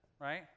right